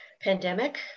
pandemic